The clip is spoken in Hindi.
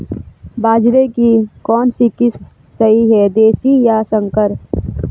बाजरे की कौनसी किस्म सही हैं देशी या संकर?